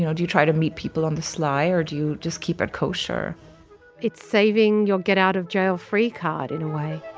you know do you try to meet people on the sly, or do you just keep kosher it's saving your get-out-of-jail-free card, in a way